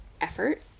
effort